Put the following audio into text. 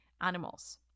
animals